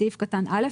בסעיף קטן (א),